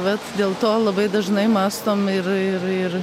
vat dėl to labai dažnai mąstom ir ir ir